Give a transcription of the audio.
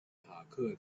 塔克